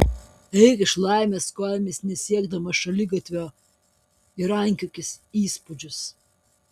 eik iš laimės kojomis nesiekdamas šaligatvio ir rankiokis įspūdžius